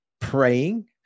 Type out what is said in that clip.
praying